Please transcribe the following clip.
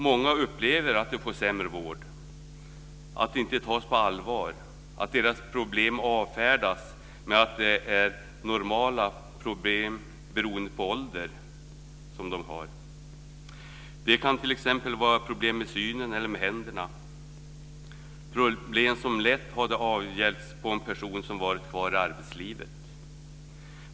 Många upplever att de får sämre vård, att de inte tas på allvar, att deras problem avfärdas med att det är normala problem beroende på åldern. Det kan t.ex. vara problem med synen eller med händerna, problem som lätt hade avhjälpts på en person som hade varit kvar i arbetslivet.